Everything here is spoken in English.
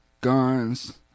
guns